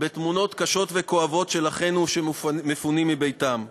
בתמונות קשות וכואבות של אחינו שמפונים מביתם.